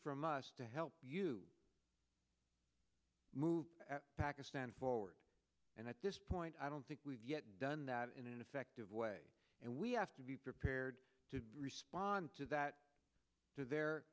from us to help you move pakistan forward and at this point i don't think we've yet done that in an effective way and we have to be prepared to respond to that to their